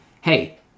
hey